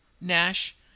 Nash